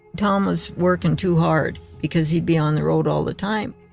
tom was working too hard because he'd be on the road all the time.